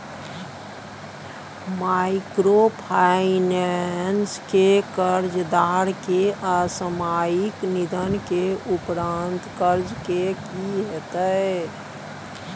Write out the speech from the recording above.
Microfinance के कर्जदार के असामयिक निधन के उपरांत कर्ज के की होतै?